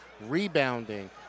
rebounding